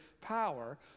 power